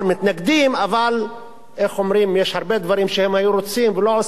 אבל יש הרבה דברים שהם היו רוצים ולא עושים אותם פה,